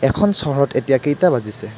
এখন চহৰত এতিয়া কেইটা বাজিছে